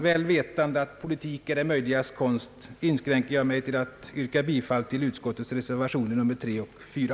Väl vetande att politik är det möjligas konst begränsar jag mig till att yrka bifall till reservationerna 3 och 4.